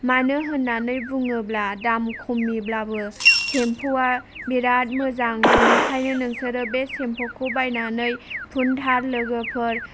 मानो होननानै बुङोब्ला दाम खमिब्लाबो सेम्पुआ बिराद मोजां बेनिखायनो नोंसोरो बे सेम्पुखौ बायनानै फुनथार लोगोफोर